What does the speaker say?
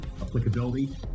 applicability